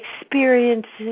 experiences